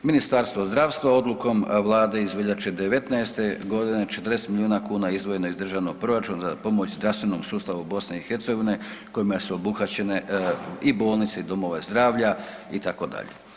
Ministarstvo zdravstva odlukom vlade iz veljače '19.g. 40 milijuna kuna izdvojeno je iz državnog proračuna za pomoć zdravstvenom sustavu BiH kojima su obuhvaćene i bolnice i domove zdravlja itd.